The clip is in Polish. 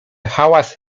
hałas